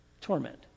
torment